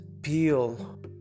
peel